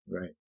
Right